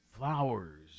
flowers